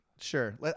Sure